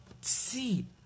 See